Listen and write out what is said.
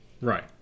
Right